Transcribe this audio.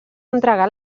entregar